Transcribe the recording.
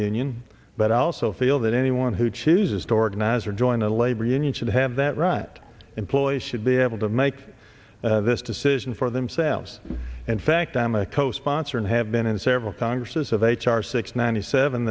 union but i also feel that anyone who chooses to organize or join a labor union should have that right employees should be able to make this decision for themselves in fact i am a co sponsor and have been in several tang's says of h r six ninety seven